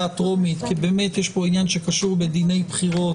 הטרומית כי יש פה עניין שקשור בדיני בחירות,